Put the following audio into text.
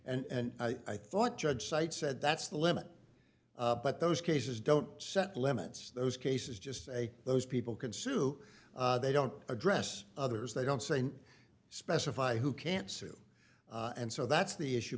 but and i thought judge site said that's the limit but those cases don't set limits those cases just say those people consume they don't address others they don't say and specify who can't sue and so that's the issue